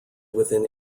within